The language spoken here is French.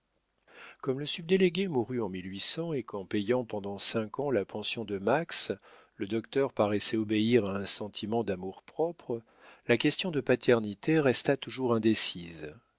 comme le subdélégué mourut en et qu'en payant pendant cinq ans la pension de max le docteur paraissait obéir à un sentiment d'amour-propre la question de paternité resta toujours indécise